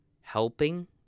Helping